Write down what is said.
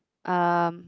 um